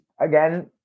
again